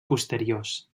posteriors